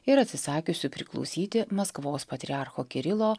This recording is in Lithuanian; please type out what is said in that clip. ir atsisakiusių priklausyti maskvos patriarcho kirilo